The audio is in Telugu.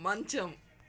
మంచం